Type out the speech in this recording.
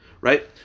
Right